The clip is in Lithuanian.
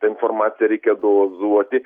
tai informaciją reikia dozuoti